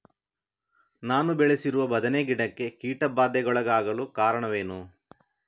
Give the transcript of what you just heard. ನಾನು ಬೆಳೆಸಿರುವ ಬದನೆ ಗಿಡಕ್ಕೆ ಕೀಟಬಾಧೆಗೊಳಗಾಗಲು ಕಾರಣವೇನು?